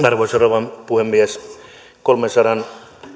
arvoisa rouva puhemies kolmensadan